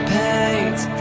paints